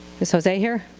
is jose here?